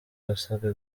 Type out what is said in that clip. basabwe